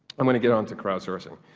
i'm going to get on to crowd servicing.